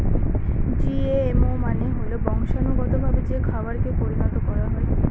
GMO মানে হল বংশানুগতভাবে যে খাবারকে পরিণত করা হয়